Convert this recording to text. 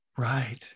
Right